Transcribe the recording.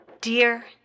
Dear